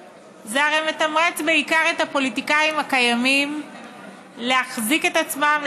זה הרי מתמרץ בעיקר את הפוליטיקאים הקיימים להחזיק את עצמם,